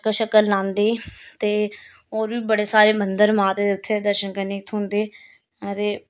चक्कर शक्कर लांदे ते होर बी बड़े सारे मंदर माता दे उत्थें दर्शन करने गी थ्होंदे ते